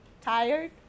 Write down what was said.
tired